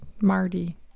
Marty